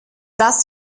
das